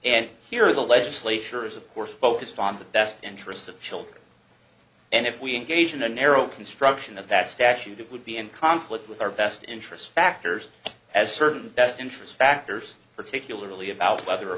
and here the legislature is of course focused on the best interests of children and if we engage in a narrow construction of that statute it would be in conflict with our best interest factors as certain best interest factors particularly about whether a